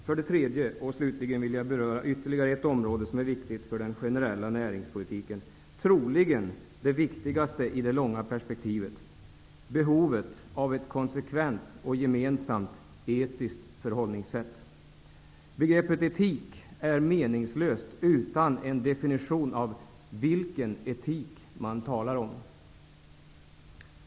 För det tredje vill jag beröra ytterligare ett område som är viktigt för den generella näringspolitiken, troligen det viktigaste i det långa perspektivet. Behovet av ett konsekvent och gemensamt etiskt förhållningssätt. Begreppet etik är meningslöst utan en definition av vilken etik man talar om.